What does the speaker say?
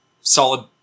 solid